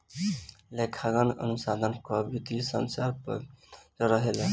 लेखांकन अनुसंधान कअ वित्तीय बाजार पअ भी नजर रहेला